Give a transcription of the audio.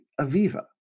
Aviva